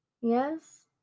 yes